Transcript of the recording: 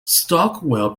stockwell